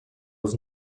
was